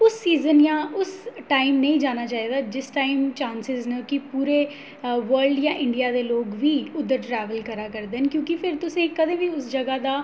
उ'स season या उ'स time नेईं जाना चाहिदा जिस टाईम चांसिज़ न कि पूरे वर्ल्ड या इंडिया दे लोक वी उद्धर ट्रैवल करा करदे न क्योंकि फिर तु'सें गी कदें बी उ'स जगह् दा